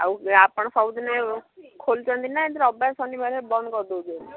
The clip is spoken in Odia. ଆଉ ଆପଣ ସବୁଦିନେ ଖୋଲୁଛନ୍ତି ନା ରବିବାର ଶନିବାର ବନ୍ଦ କରିଦେଉଛନ୍ତି